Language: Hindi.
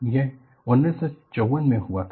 यह 1954 में हुआ था